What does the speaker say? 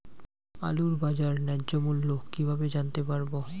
আলুর বাজার ন্যায্য মূল্য কিভাবে জানতে পারবো?